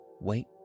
wait